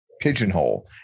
pigeonhole